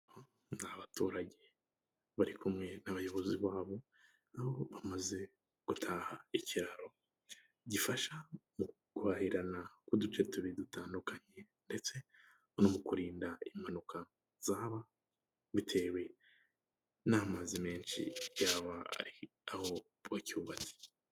Ni baturage bari kumwe n'abayobozi babo nabo bamaze gutaha ikiraro gifasha mu guhahirana k'uduce tubiri dutandukanye ndetse no mu kurinda impanuka zaba bitewe n'amazi menshi byaba ari aho bacyubakiye.